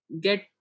get